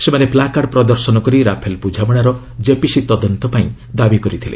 ସେମାନେ ପ୍ଲାକାର୍ଡ ପ୍ରଦର୍ଶନ କରି ରାଫେଲ ବୁଝାମଣାର କେପିସି ତଦନ୍ତ ପାଇଁ ଦାବି କରିଥିଲେ